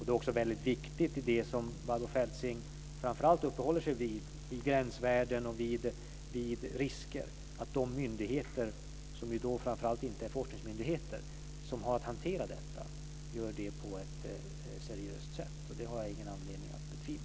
Barbro Feltzing uppehåller sig framför allt vid gränsvärden och risker. Jag har ingen anledning att betvivla att de myndigheter som hanterar detta och som inte framför allt är forskningsmyndigheter hanterar detta på ett seriöst sätt.